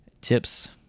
Tips